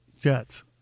Jets